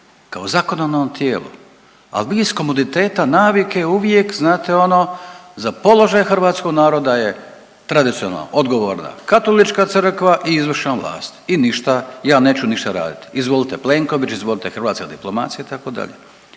kao zakonodavno tijelo, ali vi iz komoditeta navike uvijek znate ono za položaj hrvatskog naroda je tradicionalna odgovorna Katolička crkva i izvršna vlast i ništa ja neću ništa radit, izvolte Plenković, izvolte hrvatska diplomacija itd.